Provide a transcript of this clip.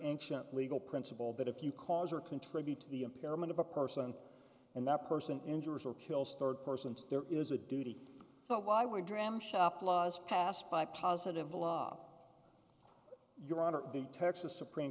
ancient legal principle that if you cause or contribute to the impairment of a person and that person injures or kills third persons there is a duty thought why would dram shop laws passed by positive law your honor the texas supreme